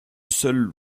seul